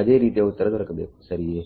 ಅದೇ ರೀತಿಯ ಉತ್ತರ ದೊರಕಬೇಕು ಸರಿಯೇ